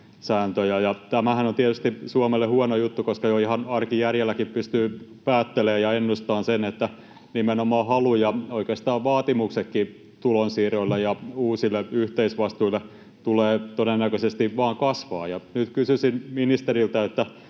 Tämähän on tietysti Suomelle huono juttu, koska jo ihan arkijärjelläkin pystyy päättelemään ja ennustamaan sen, että nimenomaan halu ja oikeastaan vaatimuksetkin tulonsiirroille ja uusille yhteisvastuille tulevat todennäköisesti vain kasvamaan. Nyt kysyisin ministeriltä: